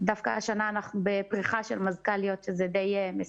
דווקא השנה אנחנו בפריחה של מזכ"ליות וזה די משמח.